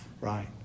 right